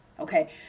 Okay